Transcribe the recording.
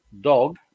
dog